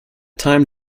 time